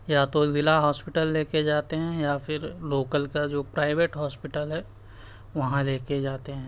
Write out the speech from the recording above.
یا تو ضلع ہوسپٹل لے کے جاتے ہیں یا پھر لوکل کا جو پرائیویٹ ہوسپٹل ہے وہاں لے کے جاتے ہیں